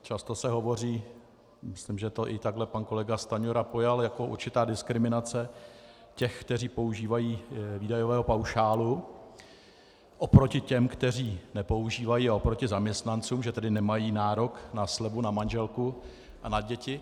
Často se hovoří, myslím, že to i takhle pan kolega Stanjura pojal, jako určitá diskriminace těch, kteří používají výdajového paušálu, oproti těm, kteří nepoužívají, a oproti zaměstnancům, že tedy nemají nárok na slevu na manželku a na děti.